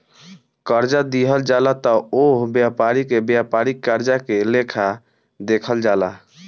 कर्जा दिहल जाला त ओह व्यापारी के व्यापारिक कर्जा के लेखा देखल जाला